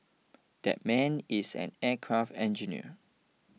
that man is an aircraft engineer